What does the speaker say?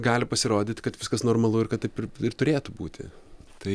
gali pasirodyt kad viskas normalu ir kad taip ir turėtų būti tai